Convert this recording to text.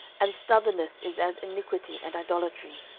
and stubbornness is as iniquity and idolatry.